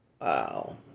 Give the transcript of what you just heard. Wow